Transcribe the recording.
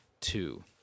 two